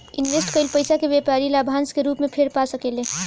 invest कईल पइसा के व्यापारी लाभांश के रूप में फेर पा सकेले